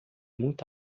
muito